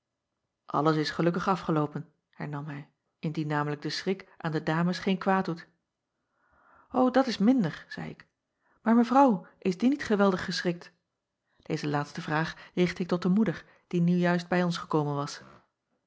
lles is gelukkig afgeloopen hernam hij indien namelijk de schrik aan de dames geen kwaad doet dat is minder zeî ik maar evrouw is die niet geweldig geschrikt eze laatste vraag richtte ik tot de moeder die nu juist bij ons gekomen was